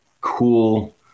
cool